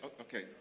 Okay